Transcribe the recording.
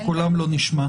שקולם לא נשמע.